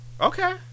Okay